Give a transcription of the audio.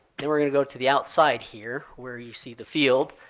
then we're going to go to the outside here where you see the field.